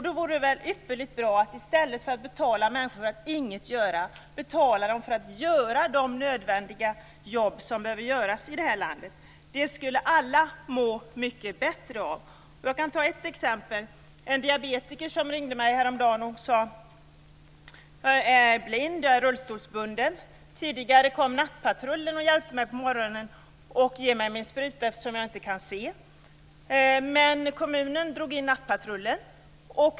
Då vore det väl ypperligt bra att i stället för att betala människor för att ingenting göra betala dem för att göra de nödvändiga jobb som behöver göras i det här landet. Det skulle alla må mycket bättre av. Jag kan ta ett exempel. Häromdagen blev jag uppringd av en diabetiker som sade: Jag är blind och rullstolsbunden. Tidigare kom nattpatrullen och hjälpte mig med min spruta på morgonen, eftersom jag inte kan se. Men kommunen drog in nattpatrullen.